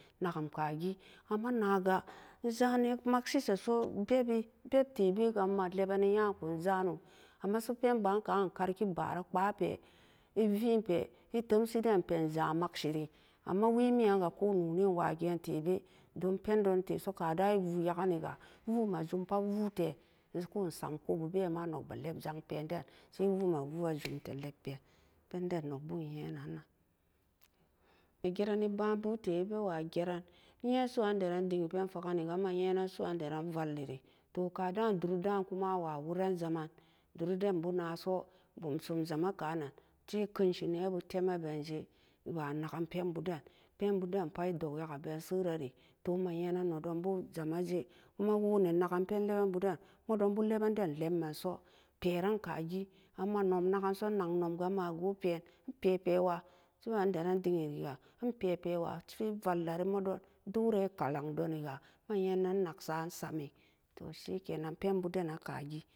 Naggum kagi amma naaga enzani makshi seso bebi beb tebega emalebani nya ikon zano amma so pen ba'an ka'an in karki bara kpaa pe evienpe etemshidenpe eza'an makshiri amma wemiyanga ko noni nwa geen tebe don pendon teso kadan iwu yaganiju woome zumpa woote ko ensom kobo been ma nogbe lepjangpeen den sai wume woogjumde leppen pendennog bo in-nyenan-nan negerani ba'anbute ebewa geran nye su'an deran dingipen fagganiga imma nyenan su'an deran valliri to ka da'an duri da'an kumawa woran zaman duridenbo naso bumsum zama kanan tikenshi nebu temma benje wa naggan penbuden, penbuden put idog yaga beserari to imma nyenan nedonbo jamaje kuma woo ne nagan pen lebanbu den modonbo lebanden lebmanso peronkagi a emanom nagonso nnag nomga maa goo peen inpepewa su'an deran dingiriga inpepewa su'an vallori modon dore kalang doni ga ma-nyenan enak sa'a ensami to shikenan penbu dena ka geen.